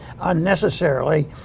unnecessarily